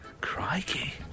Crikey